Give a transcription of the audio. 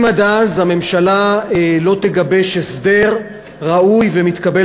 אם עד אז הממשלה לא תגבש הסדר ראוי ומתקבל